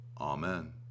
Amen